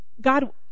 God